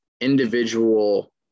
individual